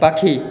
পাখি